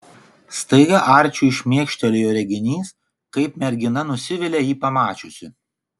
staiga arčiui šmėkštelėjo reginys kaip mergina nusivilia jį pamačiusi